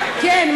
כן,